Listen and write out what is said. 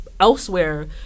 Elsewhere